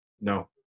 No